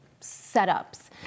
setups